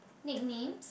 nicknames